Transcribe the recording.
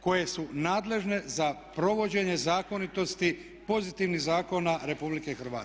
koje su nadležne za provođenje zakonitosti, pozitivnih zakona RH.